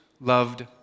loved